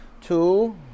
Two